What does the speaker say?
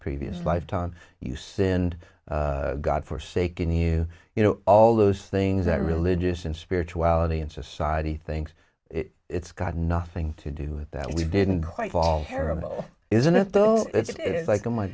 previous lifetime use when god forsaken you you know all those things that are religious and spirituality in society things it's got nothing to do with that we didn't quite fall terrible isn't it though it is like oh my